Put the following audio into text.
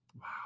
Wow